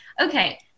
Okay